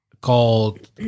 called